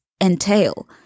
entail